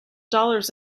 dollars